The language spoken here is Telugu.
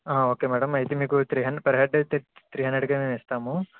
ఆ ఓకే మ్యాడమ్ అయితే మీకు త్రీ హండ్రెడ్ పర్ హెడ్ అయితే త్రీ హండ్రెడ్కి అయినా ఇస్తాము